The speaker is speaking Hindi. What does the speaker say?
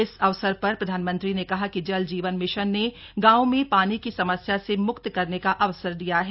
इस अवसर पर प्रधानमंत्री ने प्रधानमंत्री ने कहा कि जल जीवन मिशन ने गांवों में पानी की समस्या से मुक्त करने का अवसर दिया है